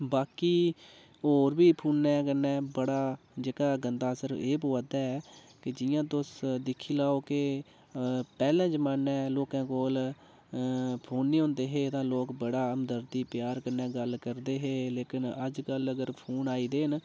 बाकी होर बी फोनै कन्नै बड़ा जेह्का गंदा असर एह पोआ करदा ऐ कि जियां तुस दिक्खी लैओ कि पैह्ले जमाने लोकें कोल फोन नि होंदे हे ते लोक बड़ा हमदर्दी प्यार कन्नै गल्ल करदे हे लेकिन अज्जकल अगर फोन आई गेदे न